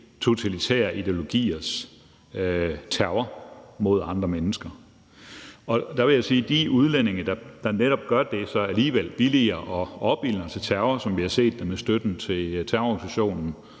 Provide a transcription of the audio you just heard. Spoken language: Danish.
totalitære ideologiers terror mod andre mennesker. Og i forhold til de udlændinge, der så netop gør det alligevel, altså billiger og opildner til terror, som vi har set det med støtten til terrororganisationen